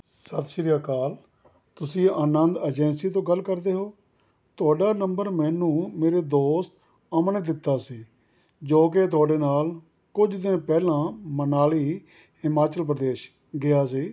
ਸਤਿ ਸ਼੍ਰੀ ਅਕਾਲ ਤੁਸੀਂ ਅਨੰਦ ਏਜੰਸੀ ਤੋਂ ਗੱਲ ਕਰਦੇ ਹੋ ਤੁਹਾਡਾ ਨੰਬਰ ਮੈਨੂੰ ਮੇਰੇ ਦੋਸਤ ਅਮਨ ਨੇ ਦਿੱਤਾ ਸੀ ਜੋ ਕਿ ਤੁਹਾਡੇ ਨਾਲ ਕੁਝ ਦਿਨ ਪਹਿਲਾਂ ਮਨਾਲੀ ਹਿਮਾਚਲ ਪ੍ਰਦੇਸ਼ ਗਿਆ ਸੀ